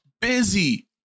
busy